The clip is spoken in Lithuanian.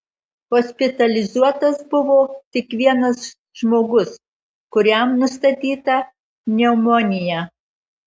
hospitalizuotas buvo tik vienas žmogus kuriam nustatyta pneumonija